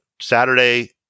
saturday